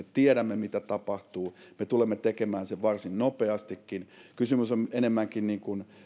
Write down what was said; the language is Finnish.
tiedämme mitä tapahtuu me tulemme tekemään sen varsin nopeastikin kysymys on enemmänkin